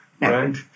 right